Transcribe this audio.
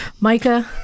Micah